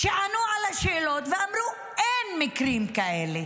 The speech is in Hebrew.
הם ענו על השאלות ואמרו: אין מקרים כאלה.